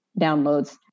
downloads